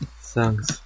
thanks